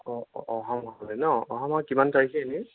অঁ অহা মাহলৈ ন অহা মাহৰ কিমান তাৰিখে এনেই